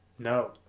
No